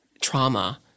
trauma